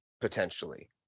potentially